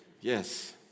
Yes